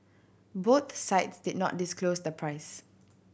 both sides did not disclose the price